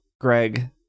greg